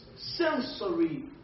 Sensory